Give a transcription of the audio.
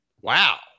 wow